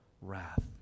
wrath